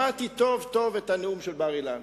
שמעתי טוב-טוב את נאום בר-אילן.